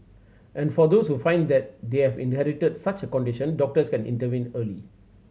and for those who find that they have inherited such a condition doctors can intervene early